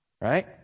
right